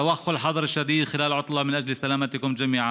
נקטו משנה זהירות במהלך חופשת הקיץ למען שלום כולכם.